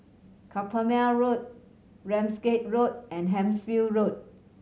Carpmael Road Ramsgate Road and Hampshire Road